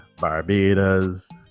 Barbados